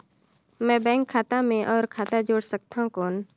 मैं बैंक खाता मे और खाता जोड़ सकथव कौन?